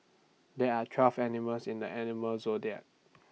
there are twelve animals in the animal zodiac